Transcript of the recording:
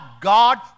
God